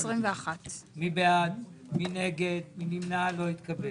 הכנסת מבקרת את הממשלה, היא צריכה לדאוג שהתקציב